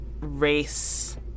race